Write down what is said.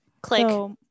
Click